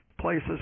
places